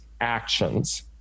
actions